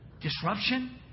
disruption